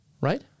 right